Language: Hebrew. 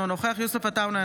אינו נוכח יוסף עטאונה,